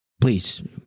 please